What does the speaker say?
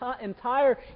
entire